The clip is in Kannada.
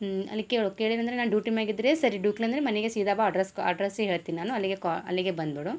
ಹ್ಞೂ ಅಲ್ಲಿ ಕೇಳು ಕೇಳಿನಂದರೆ ನಾನು ಡ್ಯೂಟಿ ಮ್ಯಾಲ್ ಇದ್ದರೆ ಸರಿ ಮನೆಗೆ ಸೀದಾ ಬಾ ಅಡ್ರಸ್ಗ್ ಅಡ್ರಸ್ಸೇ ಹೇಳ್ತೀನಿ ನಾನು ಅಲ್ಲಿಗೆ ಕ್ವಾ ಅಲ್ಲಿಗೆ ಬಂದುಬಿಡು